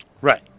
Right